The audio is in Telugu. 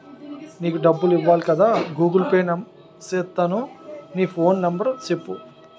నీకు డబ్బులు ఇవ్వాలి కదా గూగుల్ పే సేత్తాను నీ ఫోన్ నెంబర్ సెప్పు